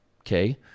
okay